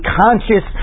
conscious